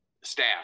staff